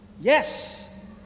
Yes